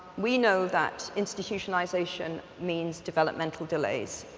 we know that institutionalization means developmental delays.